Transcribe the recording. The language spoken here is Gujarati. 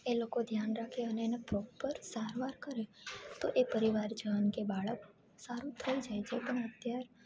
એ લોકો ધ્યાન રાખે અને એને પ્રોપર સારવાર કરે તો એ પરિવારજન કે બાળક સારું થઈ જાય છે પણ અત્યાર